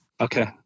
Okay